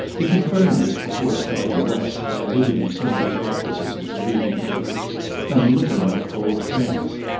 he confirmed this before starting west by visiting some of the offices of the leading papers and looking up old friends.